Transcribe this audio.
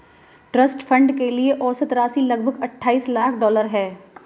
trust fund के लिए औसत राशि लगभग अट्ठाईस लाख डॉलर है